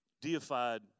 deified